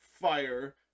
fire